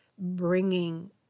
bringing